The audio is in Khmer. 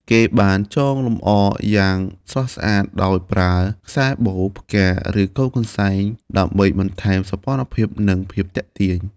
គេបានចងលម្អយ៉ាងស្រស់ស្អាតដោយប្រើ ខ្សែបូ ផ្កា ឬកូនកន្សែង ដើម្បីបន្ថែមសោភ័ណភាព និងភាពទាក់ទាញ។